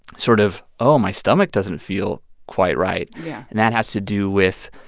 sort of, oh, my stomach doesn't feel quite right. yeah. and that has to do with,